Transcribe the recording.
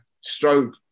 stroke